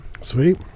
sweet